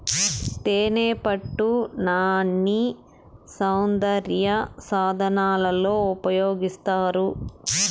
తేనెపట్టు నాన్ని సౌందర్య సాధనాలలో ఉపయోగిస్తారు